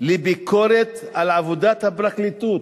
לביקורת על עבודת הפרקליטות.